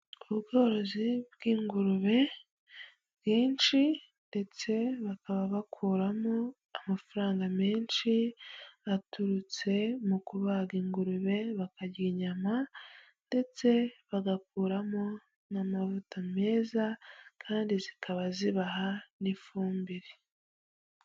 Ubworozi bw'ingurube, bwinshi ndetse bakaba bakuramo amafaranga menshi, aturutse mu kubaga ingurube, bakarya inyama ndetse bagakuramo n' amavuta meza kandi zikaba zibaha n'ifumbire.